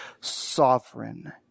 sovereign